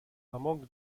among